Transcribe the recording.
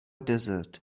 desert